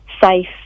safe